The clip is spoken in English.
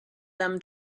them